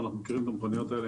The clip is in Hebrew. אנחנו מכירים את המכוניות האלה,